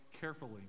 carefully